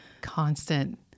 constant